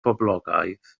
poblogaidd